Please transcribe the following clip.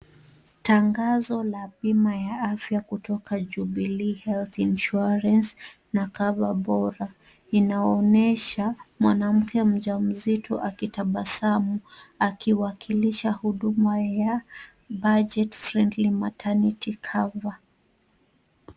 Tangazo la bima ya afya kutoka Jubilee health insurance na cover bora . Inaonyesha mwanamke mjamzito akitabasamu akiwakilisha huduma ya budget friendly maternity cover .